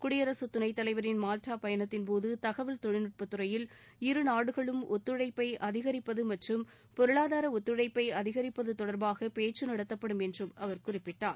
குடியரசு துணைத்தலைவரின் மால்டா பயணத்தின்போது தகவல் தொழில்நுட்பத்துறையில் இருநாடுகளும் ஒத்துழைப்பை அதிகரிப்பது மற்றும் பொருளாதார ஒத்துழைப்பை அதிகரிப்பது தொடர்பாக பேச்சு நடத்தப்படும் என்று அவர் குறிப்பிட்டார்